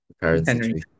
parents